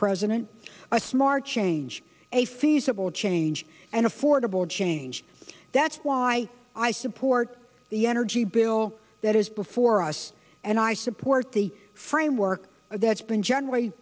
president a smart change a feasible change and affordable change that's why i support the energy bill that is before us and i support the framework that's been generally